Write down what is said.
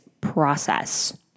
process